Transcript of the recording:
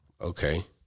Okay